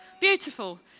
Beautiful